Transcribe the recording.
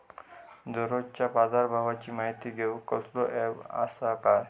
दररोजच्या बाजारभावाची माहिती घेऊक कसलो अँप आसा काय?